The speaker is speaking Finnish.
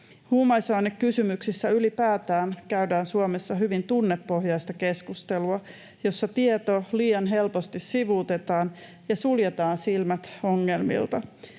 Huumausainekysymyksissä ylipäätään käydään Suomessa hyvin tunnepohjaista keskustelua, jossa tieto liian helposti sivuutetaan ja suljetaan silmät ongelmilta,